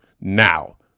now